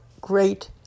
great